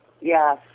Yes